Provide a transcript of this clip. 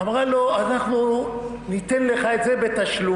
אמרה לו: אנחנו ניתן לך את זה בתשלומים,